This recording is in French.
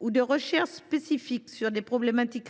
ou de recherches spécifiques sur des pathologies